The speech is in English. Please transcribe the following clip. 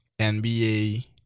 NBA